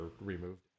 removed